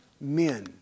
men